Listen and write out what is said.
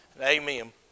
Amen